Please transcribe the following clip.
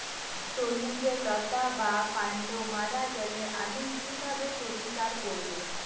তরমুজের লতা বা কান্ড মারা গেলে আমি কীভাবে প্রতিকার করব?